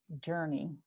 journey